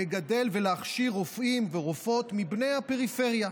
לגדל ולהכשיר רופאים ורופאות מבני הפריפריה,